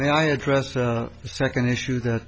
now i address the second issue that